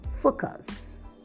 focus